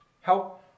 Help